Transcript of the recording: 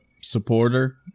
supporter